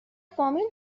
فامیل